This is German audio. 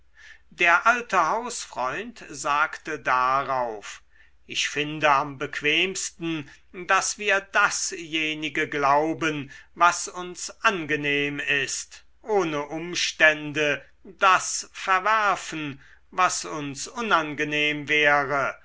der alte hausfreund sagte darauf ich finde am bequemsten daß wir dasjenige glauben was uns angenehm ist ohne umstände das verwerfen was uns unangenehm wäre